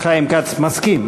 חיים כץ מסכים.